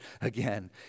again